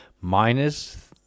minus